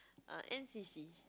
err N_C_C